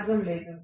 మార్గం లేదు